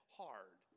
hard